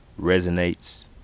resonates